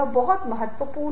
तो यह बहुत महत्वपूर्ण है